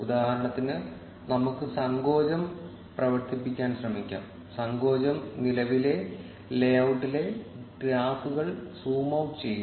ഉദാഹരണത്തിന് നമുക്ക് സങ്കോചം പ്രവർത്തിപ്പിക്കാൻ ശ്രമിക്കാം സങ്കോചം നിലവിലെ ലേഔട്ട് ഇലെ ഗ്രാഫുകൾ സൂംഔട്ട് ചെയ്യും